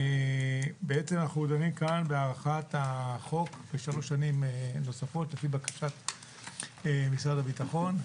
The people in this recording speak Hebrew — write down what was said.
אנחנו דנים כאן בהארכת החוק ב-3 שנים נוספות לפי בקשת משרד הביטחון.